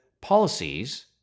policies